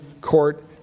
court